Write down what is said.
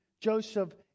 Joseph